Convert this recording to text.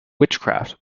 witchcraft